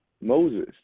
Moses